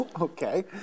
Okay